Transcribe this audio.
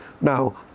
Now